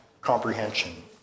comprehension